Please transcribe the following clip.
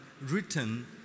written